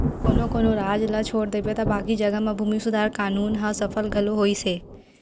कोनो कोनो राज ल छोड़ देबे त बाकी जघा म भूमि सुधार कान्हून ह सफल घलो होइस हे